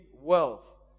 wealth